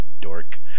dork